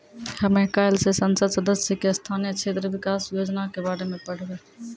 हमे काइल से संसद सदस्य के स्थानीय क्षेत्र विकास योजना के बारे मे पढ़बै